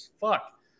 fuck